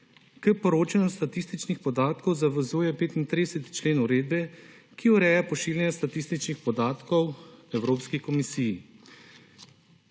K poročanju statističnih podatkov zavezuje 35. člen uredbe, ki ureja pošiljanje statističnih podatkov Evropski komisiji.